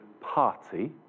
party